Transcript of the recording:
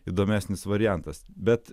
įdomesnis variantas bet